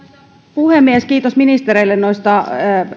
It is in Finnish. puhemies kiitos ministereille noista